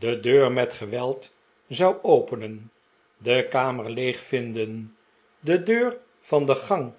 de deur met geweld zou openen de kamer leeg vinden de deur van de gang